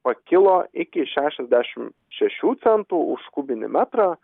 pakilo iki šešiasdešimt šešių centų už kubinį metrą